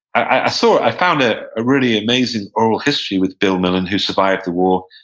i so i found a really amazing oral history with bill millin, who survived the war.